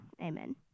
Amen